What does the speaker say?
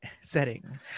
setting